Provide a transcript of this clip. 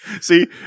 See